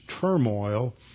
turmoil